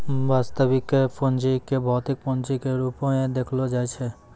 वास्तविक पूंजी क भौतिक पूंजी के रूपो म देखलो जाय छै